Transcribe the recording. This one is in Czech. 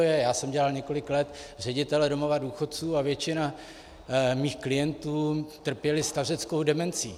Já jsem dělal několik let ředitele domova důchodců a většina mých klientů trpěla stařeckou demencí.